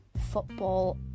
football